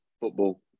football